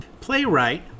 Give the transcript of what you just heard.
Playwright